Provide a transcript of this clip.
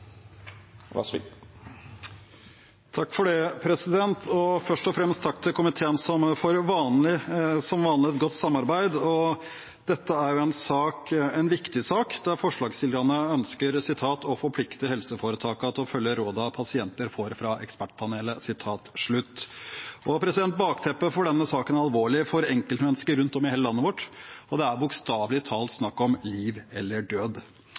takk til komiteen for et som vanlig godt samarbeid. Dette er en viktig sak, der forslagsstillerne ønsker «å forplikte helseforetakene til å følge rådene pasienter får fra Ekspertpanelet». Bakteppet for denne saken er alvorlig for enkeltmennesker rundt om i hele landet, og det er bokstavelig talt snakk om liv eller død.